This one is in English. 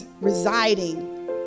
residing